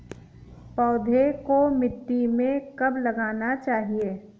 पौधें को मिट्टी में कब लगाना चाहिए?